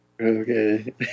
Okay